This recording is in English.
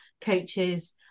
coaches